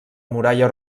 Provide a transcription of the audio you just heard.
muralla